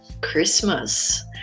Christmas